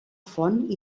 font